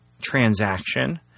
transaction